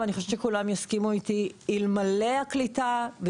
אלמלא הקליטה,